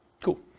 Cool